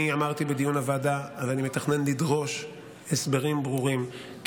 אני אמרתי בדיון הוועדה שאני מתכנן לדרוש הסברים ברורים,